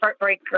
Heartbreaker